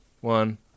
one